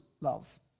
love